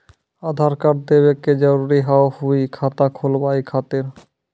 आधार कार्ड देवे के जरूरी हाव हई खाता खुलाए खातिर?